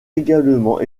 également